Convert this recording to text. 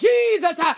Jesus